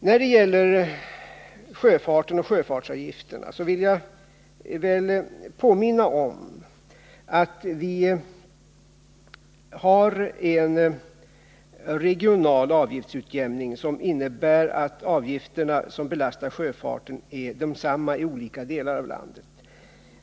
När det gäller sjöfartsavgifterna vill jag påminna om att vi har en regional avgiftsutjämning som innebär att de avgifter som belastar sjöfarten är desamma i olika delar av landet.